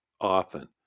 often